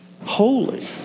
holy